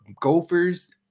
Gophers